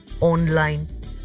online